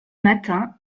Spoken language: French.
matin